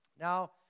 Now